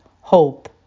hope